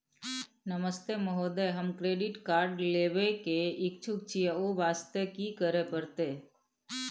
नमस्ते महोदय, हम credit card लेबे के इच्छुक छि ओ वास्ते की करै परतै?